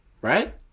Right